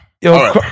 Yo